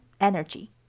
energy